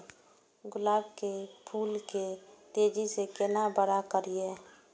गुलाब के फूल के तेजी से केना बड़ा करिए?